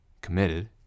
committed